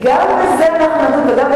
גם בזה אנחנו נדון,